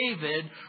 David